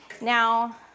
Now